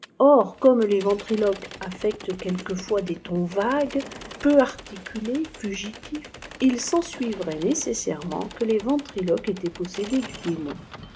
gôfiôiiiô les ventriloques atfectenl quelquefois des tons vagues peu articulés fugitifs h s'ensuivrait nécessairement que les vepthlo ques étaient possédés du démon